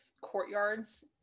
courtyards